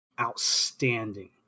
outstanding